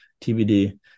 TBD